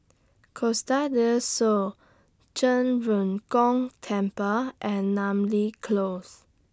Costa Del Sol Zhen Ren Gong Temple and Namly Close